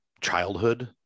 childhood